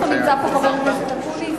אתמול, נמצא פה חבר הכנסת אקוניס?